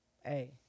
hey